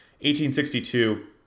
1862